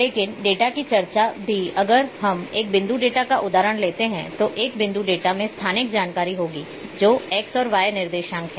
लेकिन डेटा की चर्चा भी अगर हम एक बिंदु डेटा का उदाहरण लेते हैं तो एक बिंदु डेटा में स्थानिक जानकारी होगी जो X Y निर्देशांक है